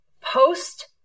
post